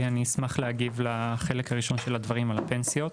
אני אשמח להגיב על החלק הראשון שאמרת לגבי הפנסיות.